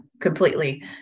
completely